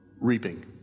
reaping